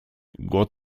год